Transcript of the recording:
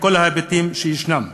על כל ההיבטים שלה.